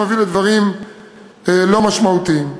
שמביא לדברים לא משמעותיים.